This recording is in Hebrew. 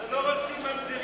אתם לא רוצים ממזרים